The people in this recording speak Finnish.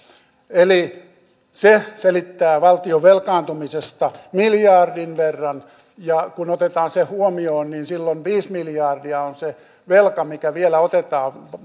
eli se selittää valtion velkaantumisesta miljardin verran ja kun otetaan se huomioon niin silloin viisi miljardia on se velka mikä vielä otetaan